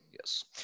Yes